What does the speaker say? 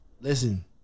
Listen